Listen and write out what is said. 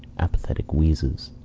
apathetic wheezes.